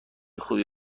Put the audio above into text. خوبی